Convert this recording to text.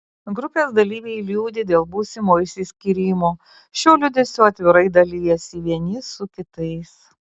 grupės dalyviai liūdi dėl būsimo išsiskyrimo šiuo liūdesiu atvirai dalijasi vieni su kitais